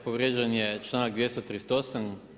Povrijeđen je članak 238.